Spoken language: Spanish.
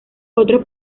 otros